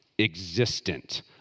existent